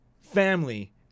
family